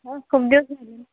खूप दिवस